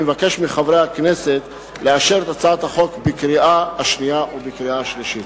ואני מבקש מחברי הכנסת לאשר את הצעת החוק בקריאה שנייה ובקריאה שלישית.